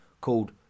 called